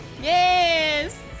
Yes